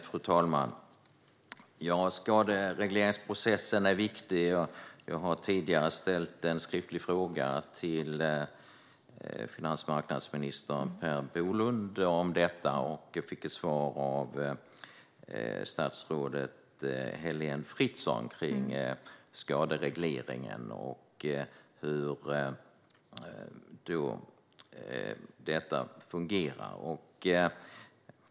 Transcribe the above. Fru talman! Skaderegleringsprocessen är viktig. Jag har tidigare ställt en skriftlig fråga till finansmarknadsminister Per Bolund om detta, och fick då svar av statsrådet Heléne Fritzon.